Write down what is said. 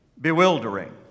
bewildering